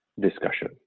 discussion